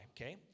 okay